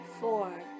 Four